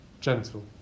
gentle